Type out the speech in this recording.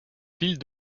ville